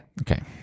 Okay